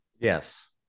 yes